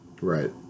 Right